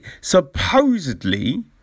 supposedly